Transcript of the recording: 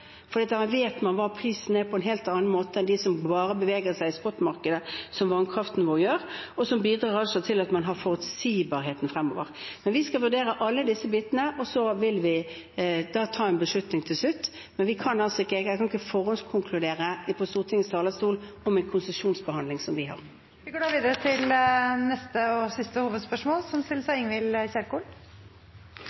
For da vet man hva prisen er, på en helt annen måte enn med dem som bare beveger seg i spotmarkedet, som vannkraften vår gjør – noe som bidrar til at man har forutsigbarhet fremover. Vi skal vurdere alle disse bitene, og så vil vi ta en beslutning til slutt. Men jeg kan ikke forhåndskonkludere fra Stortingets talerstol om en konsesjonsbehandling som vi har. Vi går videre til neste og siste hovedspørsmål. Allerede i sin første nyttårstale oppfordret statsministeren psykisk syke til å søke hjelp – et budskap som